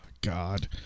God